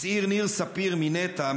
הצהיר ניר ספיר מנת"ע,